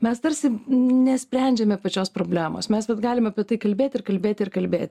mes tarsi n nesprendžiame pačios problemos mes vat galim apie tai kalbėti ir kalbėti ir kalbėti